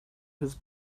his